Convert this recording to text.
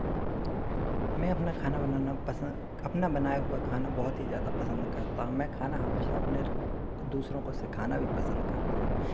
मैं अपना खाना बनाना पसं अपना बनाया हुआ खाना बहुत ही ज़्यादा पसंद करता हूं मैं खाना हमेशा अपने दूसरों को सिखाना भी पसंद करता हूं